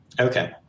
Okay